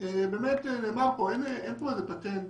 האזורים האישיים,